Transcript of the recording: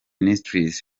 ministries